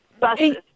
Buses